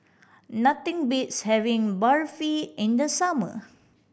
nothing beats having Barfi in the summer